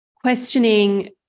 questioning